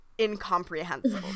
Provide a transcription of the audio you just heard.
incomprehensible